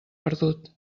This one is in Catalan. perdut